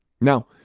Now